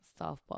softball